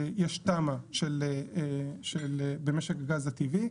יש תמ"א במשק הגז הטבעי.